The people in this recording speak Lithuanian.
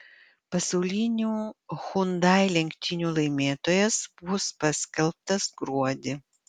pasaulinių hyundai lenktynių laimėtojas bus paskelbtas gruodį